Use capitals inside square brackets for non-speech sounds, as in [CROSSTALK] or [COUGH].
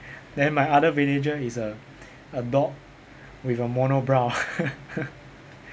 then my other villager is a a dog with a monobrow [LAUGHS]